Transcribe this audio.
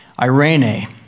irene